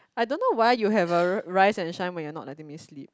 I don't know why you have a rise and shine but you're not letting me sleep